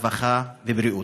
הרווחה והבריאות.